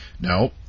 No